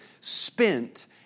spent